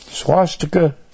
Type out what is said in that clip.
swastika